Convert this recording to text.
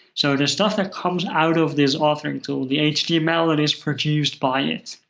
so the stuff that comes out of this authoring tool, the html that is produced by it.